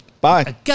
Bye